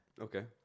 Okay